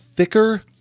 Thicker